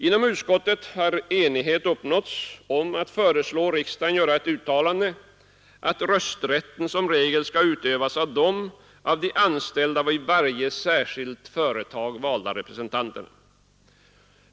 Inom utskottet har enighet uppnåtts om att föreslå riksdagen att göra ett uttalande om att rösträtten som regel skall utövas av de av de anställda vid varje särskilt företag valda representanterna.